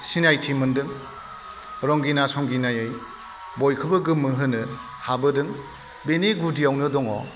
सिनायथि मोनदों रंगिना संगिनायै बयखोबो गोमोहोनो हाबोदों बेनि गुदियावनो दङ